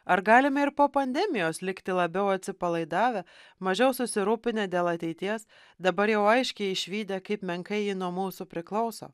ar galime ir po pandemijos likti labiau atsipalaidavę mažiau susirūpinę dėl ateities dabar jau aiškiai išvydę kaip menkai ji nuo mūsų priklauso